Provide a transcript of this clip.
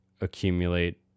accumulate